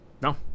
No